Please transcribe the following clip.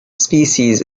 species